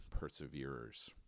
perseverers